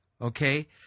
Okay